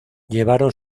llevaron